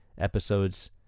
episodes